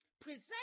Present